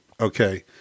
Okay